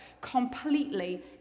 completely